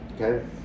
okay